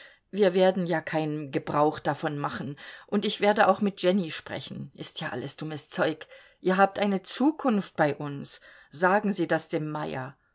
wir werden ja keinen gebrauch davon machen und ich werde auch mit jenny sprechen ist ja alles dummes zeug ihr habt eine zukunft bei uns sagen sie das dem meyer